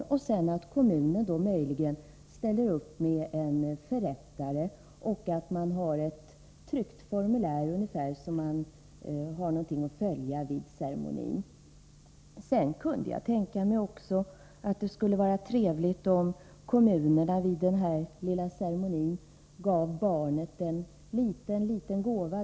Sedan hade jag tänkt mig att kommunen möjligen skulle ställa upp med en förrättare och ett tryckt formulär att följa vid ceremonin. Det skulle vara trevligt om kommunen vid den här lilla ceremonin gav barnet en liten gåva.